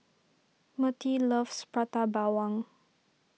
Mertie loves Prata Bawang